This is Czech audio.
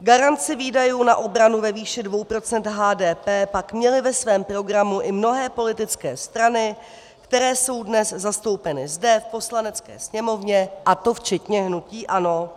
Garanci výdajů na obranu ve výši 2 % HDP pak měly ve svém programu i mnohé politické strany, které jsou dnes zastoupeny zde v Poslanecké sněmovně, a to včetně hnutí ANO.